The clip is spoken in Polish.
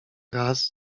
raz